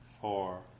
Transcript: four